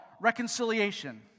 reconciliation